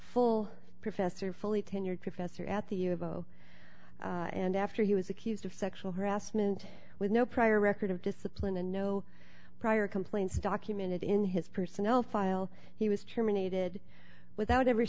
full professor fully tenured professor at the u of o and after he was accused of sexual harassment with no prior record of discipline and no prior complaints documented in his personnel file he was terminated without ever